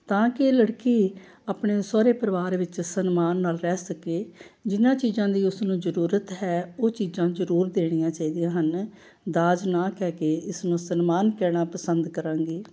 ਤਾਂ ਕਿ ਲੜਕੀ ਆਪਣੇ ਸਹੁਰੇ ਪਰਿਵਾਰ ਵਿੱਚ ਸਨਮਾਨ ਨਾਲ ਰਹਿ ਸਕੇ ਜਿਨ੍ਹਾਂ ਚੀਜ਼ਾਂ ਦੀ ਉਸ ਨੂੰ ਜ਼ਰੂਰਤ ਹੈ ਉਹ ਚੀਜ਼ਾਂ ਜ਼ਰੂਰ ਦੇਣੀਆਂ ਚਾਹੀਦੀਆਂ ਹਨ ਦਾਜ ਨਾ ਕਹਿ ਕੇ ਇਸਨੂੰ ਸਨਮਾਨ ਕਹਿਣਾ ਪਸੰਦ ਕਰਾਂਗੀ